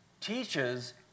teaches